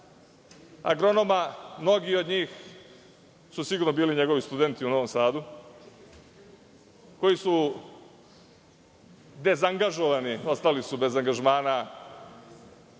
agronoma. Mnogi od njih su sigurno bili njegovi studenti u Novom Sadu, koji su dezangažovani, ostali su bez angažmana